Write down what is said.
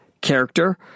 character